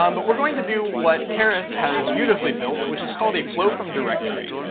um but we're going to do what keras has beautifully built, which is called a flow from directory.